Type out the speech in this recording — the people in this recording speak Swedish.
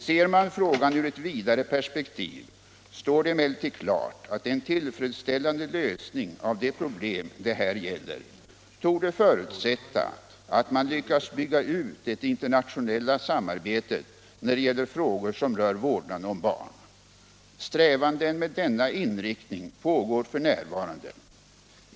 Ser man frågan ur ett vidare perspektiv står det emellertid klart att en tillfredsställande lösning av de problem det här gäller torde förutsätta att man lyckas bygga ut det internationella samarbetet när det gäller frågor som rör vårdnaden om barn. Strävanden med denna inriktning pågår f.n.